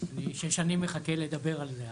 אני שש שנים מחכה לדבר על זה.